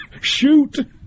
Shoot